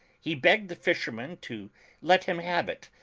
he begged the fishermen to let him have it,